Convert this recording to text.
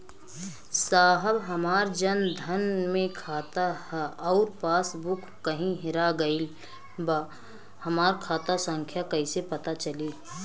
साहब हमार जन धन मे खाता ह अउर पास बुक कहीं हेरा गईल बा हमार खाता संख्या कईसे पता चली?